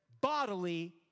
bodily